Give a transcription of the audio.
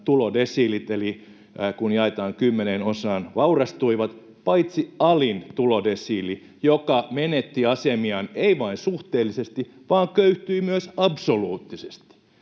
tulodesiilit — eli kun jaetaan kymmeneen osaan — vaurastuivat paitsi alin tulodesiili, joka ei vain suhteellisesti menettänyt asemiaan